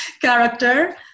character